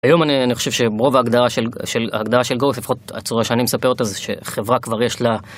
היום אני חושב שברוב ההגדרה של גורס, לפחות הצורה שאני מספר אותה זה שחברה כבר יש לה...